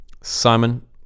Simon